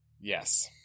Yes